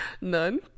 None